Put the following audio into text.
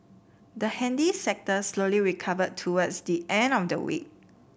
the handy sector slowly recovered towards the end of the week